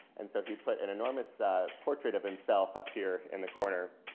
and so he put an enormous portrait of himself up here in the corner.